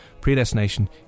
Predestination